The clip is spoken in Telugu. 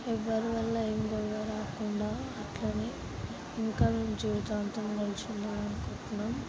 ఎవరివల్ల ఏం గొడవ రాకుండా అట్లనే ఇంకా మేము జీవితాంతం కలిసి ఉండాలనుకుంటున్నాం